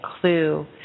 clue